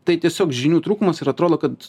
tai tiesiog žinių trūkumas ir atrodo kad